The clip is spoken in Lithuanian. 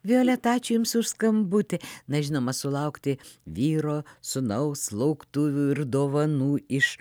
violeta ačiū jums už skambutį na žinoma sulaukti vyro sūnaus lauktuvių ir dovanų iš